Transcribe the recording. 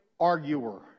arguer